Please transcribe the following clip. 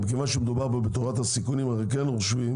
מכיוון שמדובר בתורת הסיכונים אנחנו כן חושבים